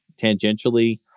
tangentially